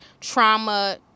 trauma